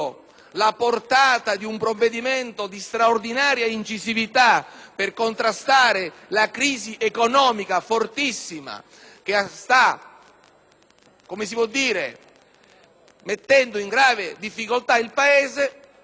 la portata di un provvedimento di straordinaria incisività per contrastare la fortissima crisi economica che sta mettendo in grave difficoltà il Paese,